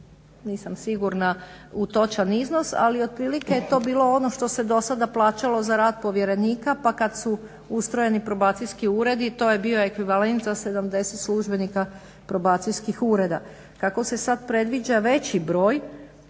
nisam sigurna u točan iznos, ali otprilike je to bilo ono što se dosada plaćalo za rad povjerenika pa kad su ustrojeni probacijski uredi to je bio ekvivalent za 70 službenika probacijskih ureda. Kako se sad predviđa veći broj